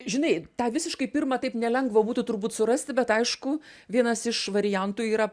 žinai tą visiškai pirmą taip nelengva būtų turbūt surasti bet aišku vienas iš variantų yra